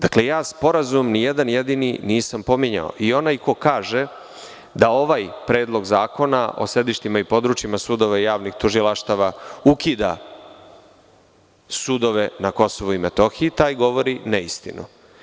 Dakle nijedan jedini sporazum nisam pominjao i onaj ko kaže da ovaj Predlog zakona o sedištima i područjima sudova, javnih tužilaštava ukida sudove na KiM, taj govori neistinu.